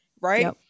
Right